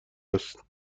است